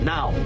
Now